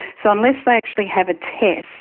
so unless they actually have a test,